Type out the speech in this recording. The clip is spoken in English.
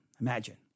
imagine